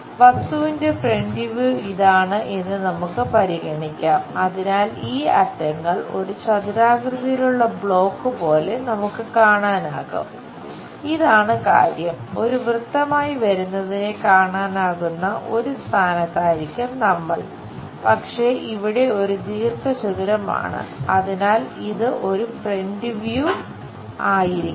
വസ്തുവിന്റെ front view ആയിരിക്കണം